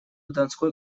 донской